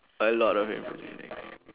a lot of impressive thing